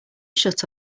shut